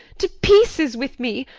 to pieces with me!